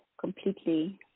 completely